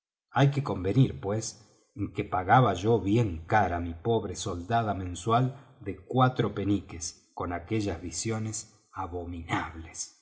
hay que convenir pues en que pagaba yo bien cara mi pobre soldada mensual de cuatro peniques con aquellas visiones abominables